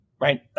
right